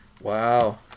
wow